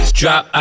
drop